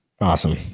Awesome